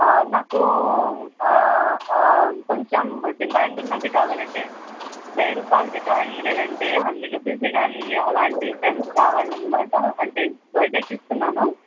నాకు కొంచెం డిమాండ్ ఉన్నది కావాలి అంటే వెయ్యి రూపాయలది కానీ లేదంటే హండ్రెడ్ రూపీస్ది కానీ అలాంటివి పెన్స్ కావాలి అన్నమాట అంటే బర్త్డేకి ఇస్తున్నాను